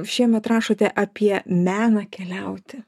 šiemet rašote apie meną keliauti